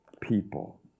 people